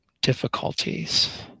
difficulties